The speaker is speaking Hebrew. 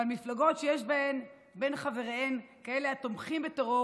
ומפלגות שיש בין חבריהן כאלה התומכים בטרור